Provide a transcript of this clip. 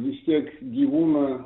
vis tiek gyvūną